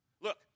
Look